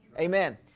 Amen